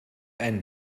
einen